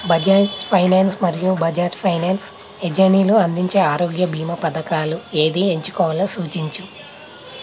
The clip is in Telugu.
బజాజ్ ఫైనాన్స్ మరియు బజాజ్ ఫైనాన్స్ ఏజన్నీలు అందించే ఆరోగ్య బీమా పథకాలలు ఏది ఎంచుకోవాలో సూచించు